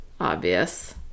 obvious